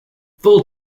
full